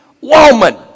woman